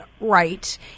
right